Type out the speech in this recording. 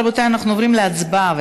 רבותיי, אנחנו עוברים להצבעה.